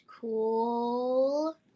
cool